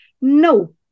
no